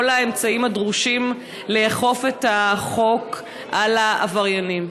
האמצעים הדרושים לאכוף את החוק על העבריינים?